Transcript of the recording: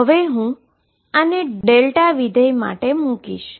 હું આને delta function માટે મુકીશ